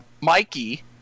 Mikey